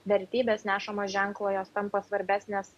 vertybės nešamos ženklo jos tampa svarbesnės